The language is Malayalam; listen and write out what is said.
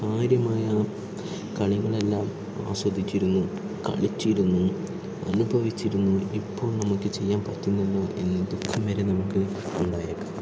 കാര്യമായ കളികളെല്ലാം ആസ്വദിച്ചിരുന്നു കളിച്ചിരുന്നു അനുഭവിച്ചിരുന്നു ഇപ്പോൾ നമ്മൾക്ക് ചെയ്യാൻ പറ്റുന്നില്ലല്ലോ എന്ന ദുഃഖം വരെ നമുക്ക് ഉണ്ടായേക്കാം